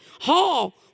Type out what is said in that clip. haul